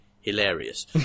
hilarious